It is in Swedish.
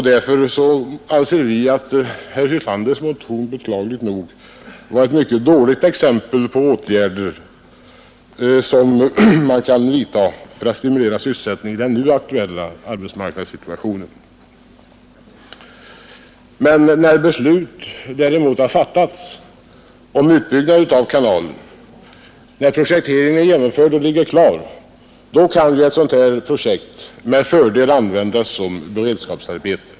Därför anser vi att herr Hyltanders motion ger ett dåligt exempel på åtgärder som kan vidtas för att stimulera sysselsättningen i den aktuella arbetsmarknadssituationen. Sedan beslut har fattats om utbyggnad av kanalen, när projekteringen är genomförd och klar, kan ett sådant här objekt med fördel användas som beredskapsarbete.